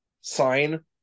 sign